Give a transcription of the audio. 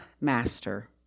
master